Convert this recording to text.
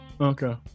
Okay